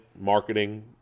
marketing